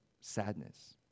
sadness